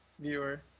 viewer